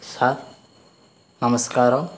sir నమస్కారం